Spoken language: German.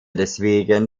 deswegen